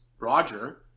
roger